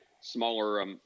smaller